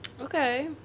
Okay